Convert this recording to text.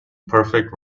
perfect